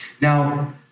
Now